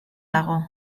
dago